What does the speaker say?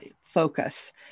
focus